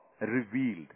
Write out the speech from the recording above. revealed